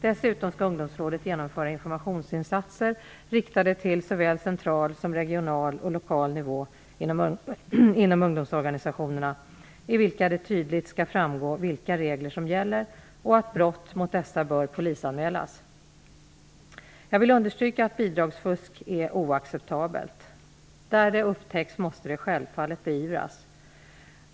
Dessutom skall ungdomsrådet genomföra informationsinsatser riktade till såväl central som regional och lokal nivå inom ungdomsorganisationerna, i vilka det tydligt skall framgå vilka regler som gäller och att brott mot dessa bör polisanmälas. Jag vill understryka att bidragsfusk är oacceptabelt. Där det upptäcks måste det självfallet beivras.